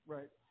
Right